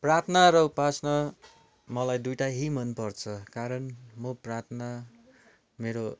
प्रार्थना र उपासना मलाई दुइटै मनपर्छ कारण म प्रार्थना मेरो